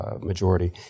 majority